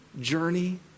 journey